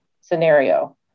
scenario